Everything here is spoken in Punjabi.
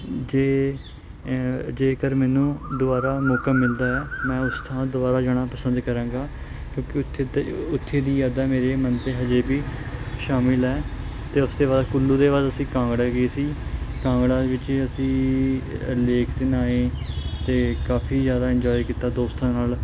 ਜੇ ਜੇਕਰ ਮੈਨੂੰ ਦੁਬਾਰਾ ਮੌਕਾ ਮਿਲਦਾ ਹੈ ਮੈਂ ਉਸ ਥਾਂ ਦੁਬਾਰਾ ਜਾਣਾ ਪਸੰਦ ਕਰਾਂਗਾ ਕਿਉਂਕਿ ਉੱਥੇ ਤ ਉੱਥੇ ਦੀ ਯਾਦਾਂ ਮੇਰੇ ਮਨ 'ਤੇ ਹਜੇ ਵੀ ਸ਼ਾਮਲ ਹੈ ਅਤੇ ਉਸ ਤੋਂ ਬਾਅਦ ਕੁੱਲੂ ਦੇ ਬਾਅਦ ਅਸੀਂ ਕਾਂਗੜਾ ਗਏ ਸੀ ਕਾਂਗੜਾ ਵਿੱਚ ਅਸੀਂ ਲੇਕ 'ਤੇ ਨਹਾਏ ਅਤੇ ਕਾਫ਼ੀ ਜ਼ਿਆਦਾ ਇੰਜੋਏ ਕੀਤਾ ਦੋਸਤਾਂ ਨਾਲ